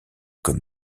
comme